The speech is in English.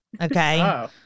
Okay